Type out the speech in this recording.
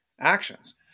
actions